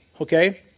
okay